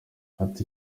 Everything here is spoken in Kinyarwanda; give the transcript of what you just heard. ati